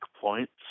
points